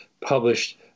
published